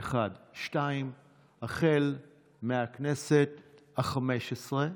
2. החל מהכנסת החמש-עשרה,